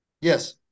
Yes